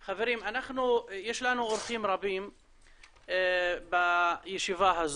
חברים, יש לנו אורחים בישיבה הזאת,